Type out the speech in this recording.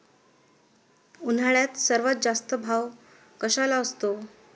उन्हाळ्यात सर्वात जास्त कशाला भाव असतो?